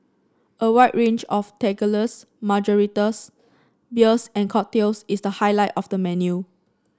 a wide range of tequilas margaritas beers and cocktails is the highlight of the menu